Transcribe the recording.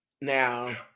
Now